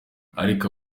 ariko